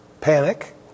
panic